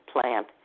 plant